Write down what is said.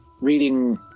reading